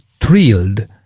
thrilled